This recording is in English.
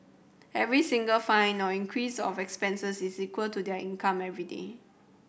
every single fine or increase of expenses is equal to their income everyday